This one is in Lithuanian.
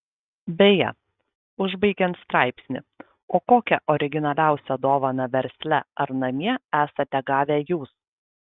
beje užbaigiant straipsnį o kokią originaliausią dovaną versle ar namie esate gavę jūs